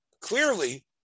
clearly